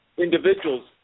individuals